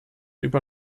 über